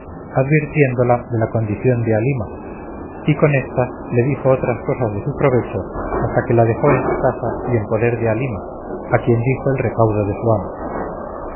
advirtiéndola de la condición de halima y con ésas le dijo otras cosas de su provecho hasta que la dejó en su casa y en poder de halima a quien dijo el recaudo de su amo